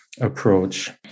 approach